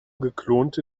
geklonte